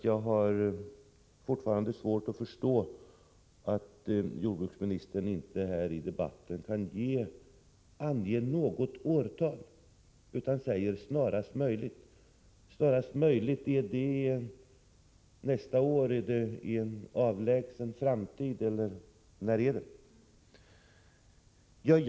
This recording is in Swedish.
Jag har fortfarande svårt att förstå att jordbruksministern här i debatten inte kan ange något årtal då åtgärderna skall vara genomförda, utan bara säger ”snarast möjligt”. Är ”snarast möjligt” nästa år, är det i en avlägsen framtid eller när är det?